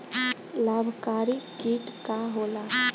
लाभकारी कीट का होला?